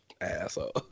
Asshole